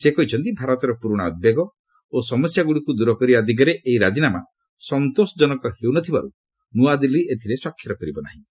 ସେ କହିଛନ୍ତି ଭାରତର ପୁରୁଣା ଉଦ୍ବେଗ ଓ ସମସ୍ୟାଗୁଡ଼ିକୁ ଦୂର କରିବା ଦିଗରେ ଏହି ରାଜିନାମା ସନ୍ତୋଷଜନକ ହେଉନଥିବାରୁ ନୂଆଦିଲ୍ଲୀ ଏଥିରେ ସ୍ୱାକ୍ଷର କରିବ ନାହିଁ